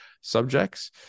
subjects